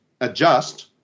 adjust